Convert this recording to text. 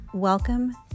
Welcome